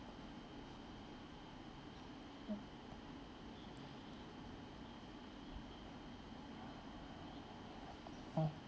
oh